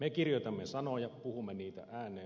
me kirjoitamme sanoja puhumme niitä ääneen